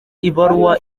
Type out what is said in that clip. ibaruwa